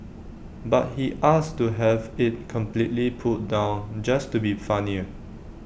but he asked to have IT completely pulled down just to be funnier